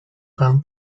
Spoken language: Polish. pan